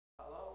Hello